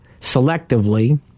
selectively